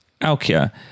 Alkia